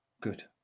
Good